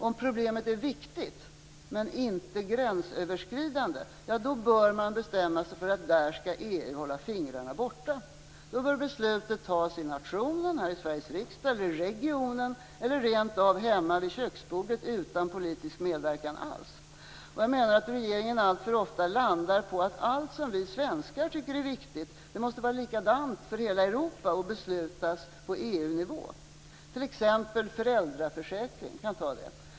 Om problemet är viktigt men inte gränsöverskridande bör man bestämma sig för att EU där skall hålla fingrarna borta. Då bör beslutet tas i nationen, i Sveriges riksdag, i regionen eller rent av hemma vid köksbordet utan politisk medverkan alls. Regeringen landar alltför ofta på att allt som vi svenskar tycker är viktigt måste vara lika för hela Europa och beslutas på EU-nivå. Ta en sådan sak som föräldraförsäkringen.